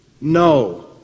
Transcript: No